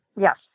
yes